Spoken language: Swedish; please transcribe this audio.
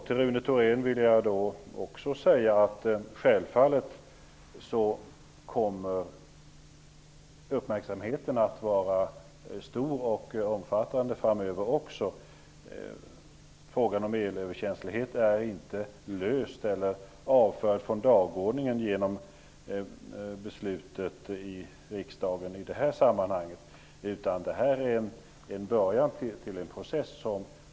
Till Rune Thorén vill jag också säga att självfallet kommer uppmärksamheten att vara stor och omfattande även framöver. Frågan om elöverkänslighet är inte löst eller avförd från dagordningen genom beslutet i riksdagen, utan detta är början till en process.